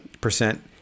percent